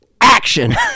action